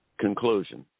conclusion